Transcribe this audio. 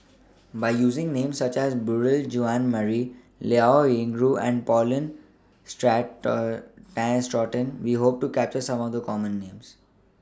By using Names such as Beurel Jean Marie Liao Yingru and Paulin Straughan Tay Straughan We Hope to capture Some of The Common Names